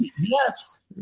Yes